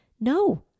no